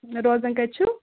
روزان کَتہِ چھِو